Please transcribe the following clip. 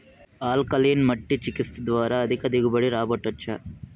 alkaline మట్టి చికిత్స ద్వారా అధిక దిగుబడి రాబట్టొచ్చా